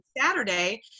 Saturday